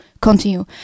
continue